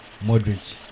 Modric